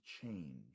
change